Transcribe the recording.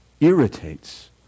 irritates